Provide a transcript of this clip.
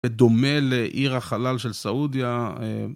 ודומה לעיר החלל של סעודיה...